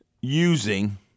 using